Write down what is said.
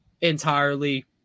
entirely